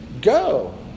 go